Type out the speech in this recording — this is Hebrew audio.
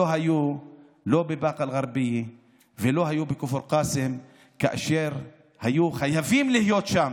לא היו לא בבאקה אל-גרבייה ולא בכפר קאסם כאשר היו חייבים להיות שם